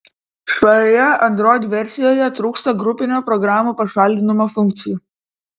švarioje android versijoje trūksta grupinio programų pašalinimo funkcijų